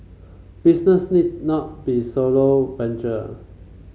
business need not be solo venture